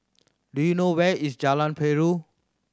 do you know where is Jalan Perahu